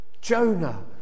Jonah